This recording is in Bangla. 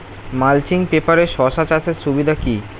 মালচিং পেপারে শসা চাষের সুবিধা কি?